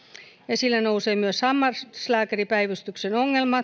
esille nousevat myös hammaslääkäripäivystyksen ongelmat